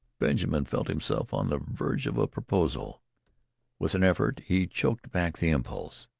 benjamin felt himself on the verge of a proposal with an effort he choked back the impulse.